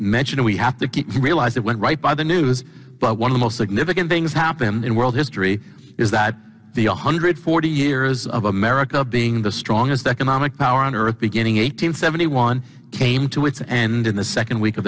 mentioned we have to keep realize that went right by the news but one of the most significant things happened in world history is that the a hundred forty years of america being the strongest economic power on earth beginning eight hundred seventy one came to its and in the second week of